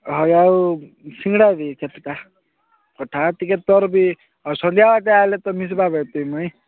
ହଇ ଆଉ ସିଙ୍ଗଡ଼ା ବି କେତେଟା ପଠା ଟିକେ ତୋର ବି ସନ୍ଧ୍ୟାକେ ଆଏଲେ ତ ମିଶିବା ବେ ତୁଇ ମୁଇଁ